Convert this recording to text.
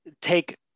take